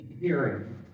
hearing